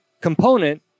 component